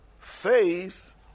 faith